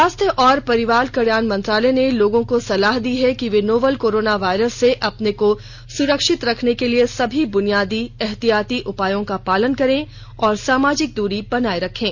स्वास्थ्य और परिवार कल्याण मंत्रालय ने लोगों को सलाह दी है कि वे नोवल कोरोना वायरस से अपने को सुरक्षित रखने के लिए सभी बुनियादी एहतियाती उपायों का पालन करें और सामाजिक दूरी बनाए रखें